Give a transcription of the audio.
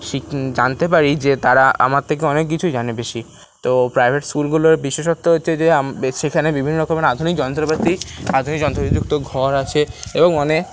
শিখতে জানতে পারি যে তারা আমার থেকে অনেক কিছুই জানে বেশি তো প্রাইভেট স্কুলগুলোর বিশেষত্ব হচ্ছে যে সেখানে বিভিন্ন রকমের আধুনিক যন্ত্রপাতি আধুনিক যন্ত্রপাতি যুক্ত ঘর আছে এবং অনেক